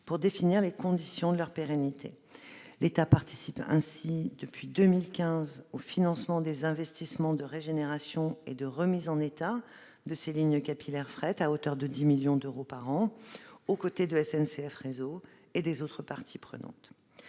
pour définir les conditions de leur pérennité. Depuis 2015, l'État participe ainsi au financement des investissements en matière de régénération et de remise en état de ces lignes capillaires de fret à hauteur de 10 millions d'euros par an, aux côtés de SNCF Réseau et des autres parties prenantes.